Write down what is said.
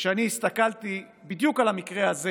כשאני הסתכלתי בדיוק על המקרה הזה